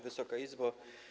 Wysoka Izbo!